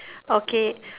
okay